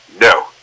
no